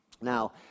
Now